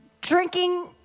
Drinking